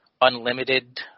unlimited